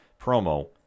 promo